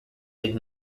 did